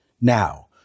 now